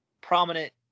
prominent